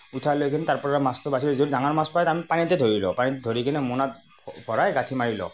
উঠাই লৈ কিনে তাৰ পৰা মাছটো বাছি যোন ডাঙাৰ মাছ পায় তাক আমি পানীতে ধৰি লওঁ পানীত ধৰি কিনে মোনাত ভৰাই গাঁঠি মাৰি লওঁ